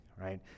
right